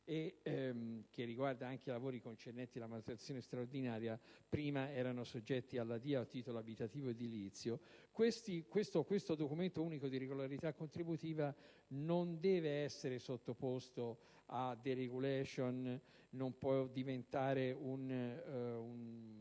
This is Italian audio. che riguarda anche i lavori concernenti la manutenzione straordinaria, che prima erano soggetti alla DIA, titolo abilitativo edilizio. Questo documento unico di regolarità contributiva non deve essere sottoposto a *deregulation*, non può diventare uno